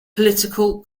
political